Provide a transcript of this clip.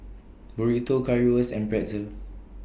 Burrito Currywurst and Pretzel